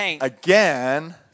again